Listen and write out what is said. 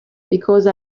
because